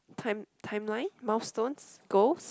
time timeline milestones goals